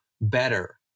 better